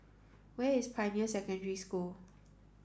where is Pioneer Secondary School